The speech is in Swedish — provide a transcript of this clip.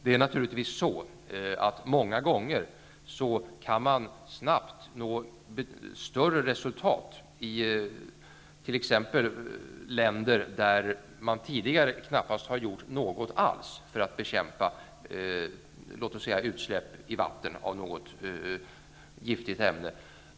Det är naturligtvis så att man många gånger snabbt kan nå större resultat i t.ex. länder där man tidigare knappast har gjort någonting alls för att bekämpa låt oss säga utsläpp i vatten av något giftigt ämne.